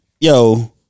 yo